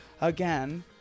again